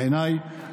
בעיניי,